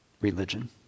religion